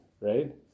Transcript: right